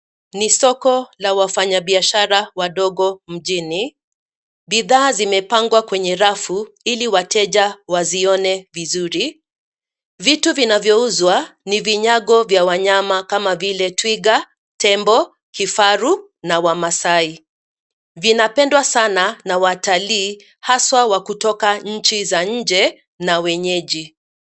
Ni soko la wafanyabiashara wadogo mjini. Bidhaa zimepangwa kwenye rafu ili wateja wazione vizuri. Vitu vinavyouzwa ni vinyago vya wanyama kama vile twiga, tembo, kifaru na Wamaasai. Vinapendwa sana na watalii haswa wa kutoka nchi za nje na wenyeji.